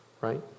right